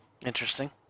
interesting